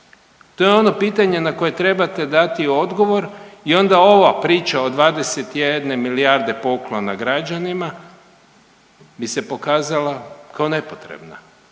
To je ono pitanje na koje trebate dati odgovor i onda ova priča o 21 milijarde poklona građanima bi se pokazala kao nepotrebna,